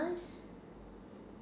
timized